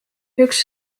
üks